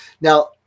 now